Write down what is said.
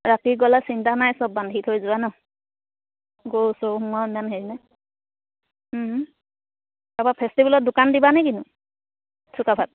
ৰাতি গ'লে চিন্তা নাই চব বান্ধি থৈ যোৱা ন গৰু চৰু হেৰি নাই তাৰ পৰা ফেষ্টিভেলৰ দোকান দিবা নে কিনো চুকাফাত